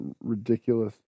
ridiculous